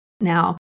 Now